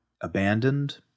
abandoned